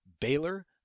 Baylor